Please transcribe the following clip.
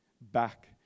back